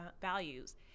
values